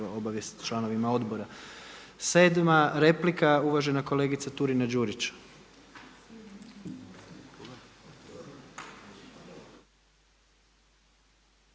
obavijest članovima odbora. Sedma replika uvažena kolegica Turina Đurić.